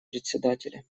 председателя